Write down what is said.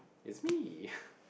it's me